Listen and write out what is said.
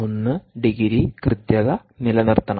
1 degree കൃത്യത നിലനിർത്തണം